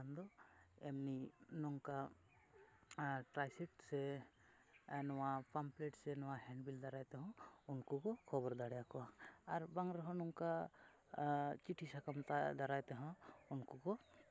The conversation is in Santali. ᱮᱢᱱᱤ ᱱᱚᱝᱠᱟ ᱟᱨ ᱪᱟᱡᱽ ᱥᱤᱴ ᱱᱚᱣᱟ ᱯᱟᱢᱯᱞᱮᱴ ᱥᱮ ᱱᱚᱣᱟ ᱦᱮᱱᱰᱵᱤᱞ ᱫᱟᱨᱟᱭ ᱛᱮᱦᱚᱸ ᱩᱱᱠᱩ ᱠᱚ ᱠᱷᱚᱵᱚᱨ ᱫᱟᱲᱮᱭᱟᱠᱚᱣᱟ ᱟᱨ ᱵᱟᱝ ᱨᱮᱦᱚᱸ ᱱᱚᱝᱠᱟ ᱪᱤᱴᱷᱤ ᱥᱟᱠᱟᱢ ᱫᱟᱨᱟᱭ ᱛᱮᱦᱚᱸ ᱩᱱᱠᱩ ᱠᱚ